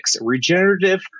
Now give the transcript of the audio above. regenerative